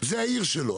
זו העיר שלו,